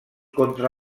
contra